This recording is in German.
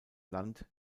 land